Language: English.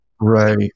Right